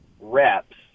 reps